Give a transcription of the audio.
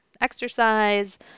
exercise